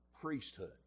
priesthood